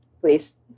please